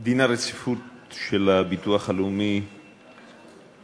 החלת דין הרציפות על הצעת חוק הביטוח הלאומי (תיקון מס' 123),